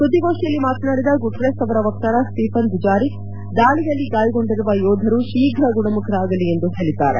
ಸುದ್ದಿಗೋಷ್ಠಿಯಲ್ಲಿ ಮಾತನಾಡಿದ ಗುಟರೆಸ್ ಅವರ ವಕ್ತಾರ ಸ್ಟೀಫನ್ ದುಜಾರಿಕ್ ದಾಳಿಯಲ್ಲಿ ಗಾಯಗೊಂಡಿರುವ ಯೋಧರು ಶೀಘ ಗುಣಮುಖರಾಗಲಿ ಎಂದು ಹೇಳಿದ್ದಾರೆ